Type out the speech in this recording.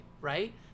right